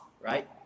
right